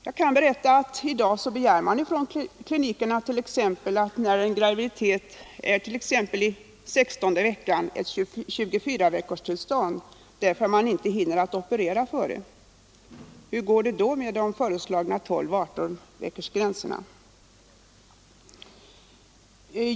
Jag kan berätta att i dag begär man från klinikerna, när en graviditet är t.ex. i sextonde veckan, ett 24-veckorstillstånd på grund av att man inte hinner operera tidigare. Hur går det då med de föreslagna 12 och 18-veckorsgränserna?